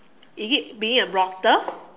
is it being a blogger